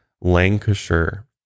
Lancashire